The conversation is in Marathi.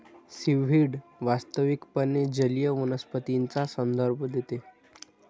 सीव्हीड वास्तविकपणे जलीय वनस्पतींचा संदर्भ देते